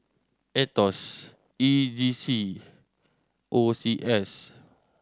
Aetos E G C O C S